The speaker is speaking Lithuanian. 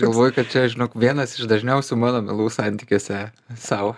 galvoju kad čia žinok vienas iš dažniausių mano melų santykiuose sau